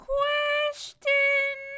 Question